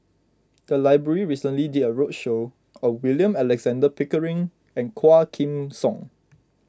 the library recently did a roadshow on William Alexander Pickering and Quah Kim Song